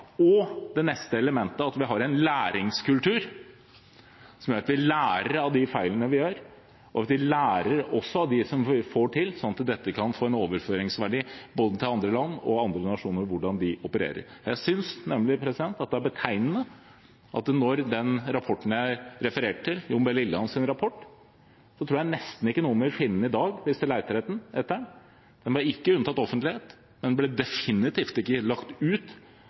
og – det neste elementet – ha en læringskultur som gjør at vi lærer av de feilene vi gjør, og at vi også lærer av det som vi får til, slik at dette kan få en overføringsverdi til andre land, til andre nasjoner, til hvordan de opererer. Jeg synes det er betegnende at den rapporten jeg refererte til, Jon B. Lillands rapport, tror jeg nesten ikke noen vil finne i dag, hvis de leter etter den. Den ble ikke unntatt offentlighet, men den ble definitivt ikke lagt ut